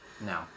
No